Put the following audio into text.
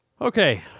Okay